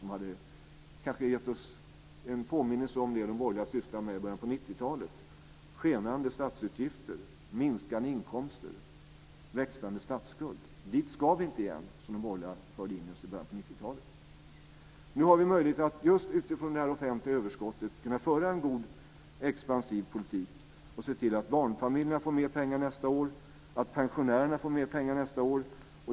Det hade kunnat ge oss en påminnelse om det som de borgerliga sysslade med under 90-talet: skenande statsutgifter, minskade statsinkomster och växande statsskuld. Dit ska vi inte igen. Tack vare det offentliga överskottet har vi nu möjlighet att föra en expansiv politik och se till att barnfamiljerna och pensionärerna får mer pengar nästa år.